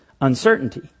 uncertainty